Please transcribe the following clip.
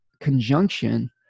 conjunction